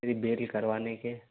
मेरी बेल करवाने के